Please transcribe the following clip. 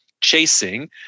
chasing